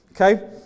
okay